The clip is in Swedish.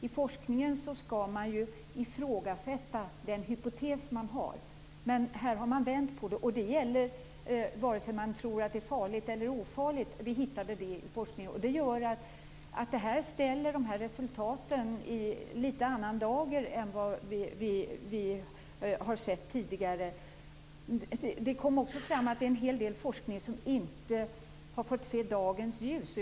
I forskningen skall man ju ifrågasätta den hypotes man har. Men här har man vänt på det - och det gäller vare sig man tror att det är farligt eller ofarligt. Det ser vi i forskningen. Det ställer de här resultaten i en litet annan dager än tidigare. Det kom också fram att det är en hel del forskning som inte har fått se dagens ljus.